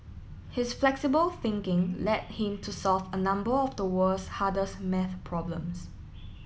his flexible thinking led him to solve a number of the world's hardest maths problems